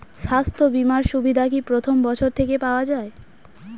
স্বাস্থ্য বীমার সুবিধা কি প্রথম বছর থেকে পাওয়া যায়?